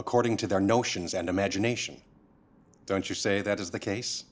according to their notions and imagination don't you say that is the case